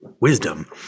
wisdom